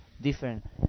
different